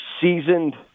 seasoned